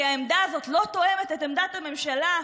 כי העמדה הזאת לא תואמת את עמדת הממשלה,